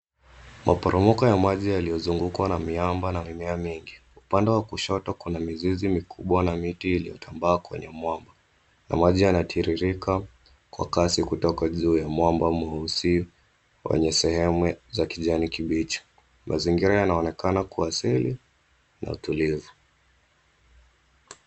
Maporomoko ya maji yaliyozungukwa na miamba na mimea mengi. Upande wa kushoto kuna mizizi mikubwa na miti iliyotambaa kwenye mwamba. Maji yatiririka kwa kasi kutoka juu ya mwamba mweusi wenye sehemu za kijani kibichi. Mazingira yanaonekana kuwa asili na utulivu.